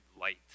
light